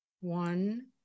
one